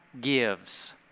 gives